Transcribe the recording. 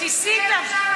תודה, גברתי.